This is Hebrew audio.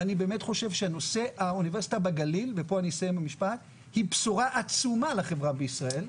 אני באמת חושב שהאוניברסיטה בגליל היא בשורה עצומה לחברה בישראל.